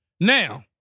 Now